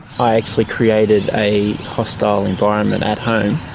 i actually created a hostile environment at home,